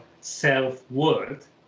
self-worth